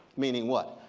meaning what?